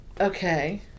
Okay